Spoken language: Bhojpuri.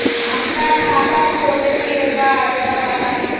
हमका खाता खोले के बा जरा बताई?